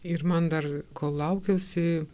ir man dar kol laukiausi